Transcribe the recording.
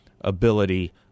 ability